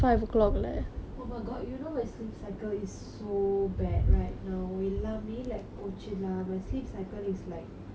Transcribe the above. oh my god you know my sleep cycle is so bad right now எல்லாமே:ellaame like போச்சு:pocchu lah my sleep cycle is like !oof!